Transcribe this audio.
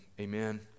Amen